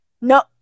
No